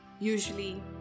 usually